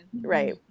Right